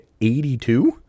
82